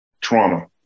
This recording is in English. trauma